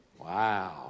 Wow